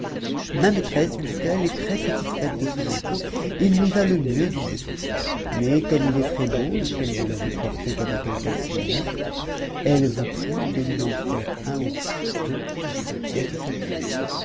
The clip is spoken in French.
ma maîtresse lui dit-elle est très satisfaite de son habit il lui va le mieux du monde mais comme il est très-beau et qu'elle ne le veut porter qu'avec un caleçon neuf elle vous prie de lui en faire un au plus tôt de cette pièce de satin